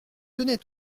tenais